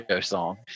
song